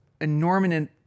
enormous